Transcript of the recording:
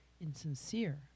insincere